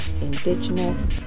Indigenous